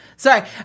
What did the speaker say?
Sorry